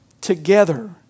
together